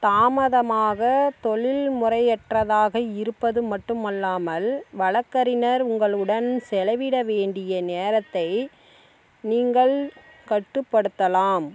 தாமதமாக தொழில்முறையற்றதாக இருப்பது மட்டுமல்லாமல் வழக்கறிஞர் உங்களுடன் செலவிட வேண்டிய நேரத்தை நீங்கள் கட்டுப்படுத்தலாம்